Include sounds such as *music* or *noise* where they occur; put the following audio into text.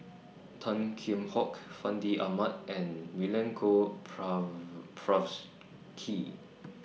Tan Kheam Hock Fandi Ahmad and Milenko *unintelligible*